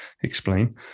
explain